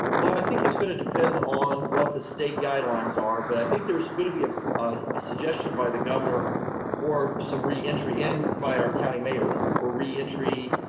well i think it's going to depend on what the state guidelines are, but i think there's going to be a ah suggestion by the governor for some re-entry and by our county mayor's for re-entry,